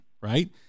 right